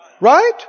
Right